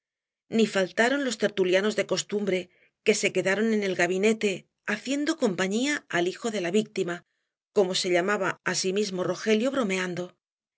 ni faltaron los tertulianos de costumbre que se quedaron en el gabinete haciendo compañía al hijo de la víctima como se llamaba á sí mismo rogelio bromeando